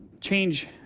change